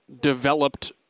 developed